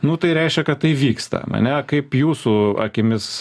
nu tai reiškia kad tai vyksta ane kaip jūsų akimis